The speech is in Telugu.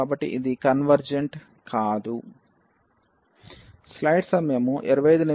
కాబట్టి ఇది కన్వర్జెన్స్ కాదు